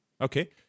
Okay